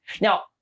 Now